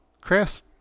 Chris